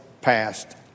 passed